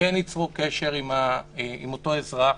שכן ייצרו קשר עם אותו אזרח,